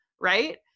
right